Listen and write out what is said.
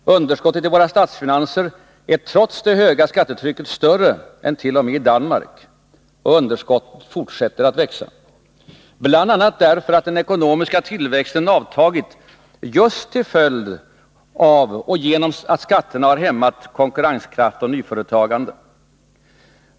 Underskottet i statsfinanserna är trots det höga skattetrycket större än t.o.m. i Danmark. Och underskottet fortsätter att växa, bl.a. därför att den ekonomiska tillväxten avtagit just till följd av genom skatterna hämmad konkurrenskraft och hämmat nyföretagande.